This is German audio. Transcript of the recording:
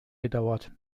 gedauert